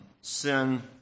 sin